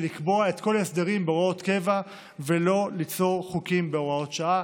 ולקבוע את כל ההסדרים בהוראות קבע ולא ליצור חוקים בהוראות שעה.